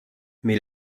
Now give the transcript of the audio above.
mais